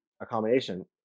accommodation